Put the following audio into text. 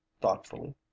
thoughtfully